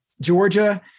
Georgia